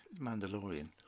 Mandalorian